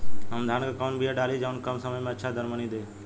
हम धान क कवन बिया डाली जवन कम समय में अच्छा दरमनी दे?